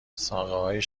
ساقههای